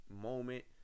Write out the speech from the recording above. moment